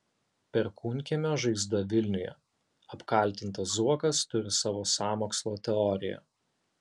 perkūnkiemio žaizda vilniuje apkaltintas zuokas turi savo sąmokslo teoriją